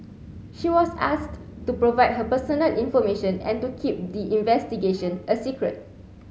she was asked to provide her personal information and to keep the investigation a secret